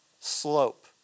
slope